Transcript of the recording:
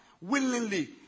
willingly